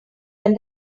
when